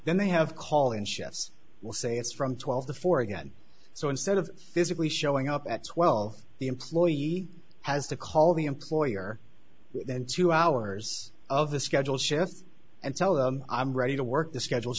then they have call in shifts will say it's from twelve to four again so instead of physically showing up at twelve the employee has to call the employer then two hours of the schedule shift and tell them i'm ready to work the schedule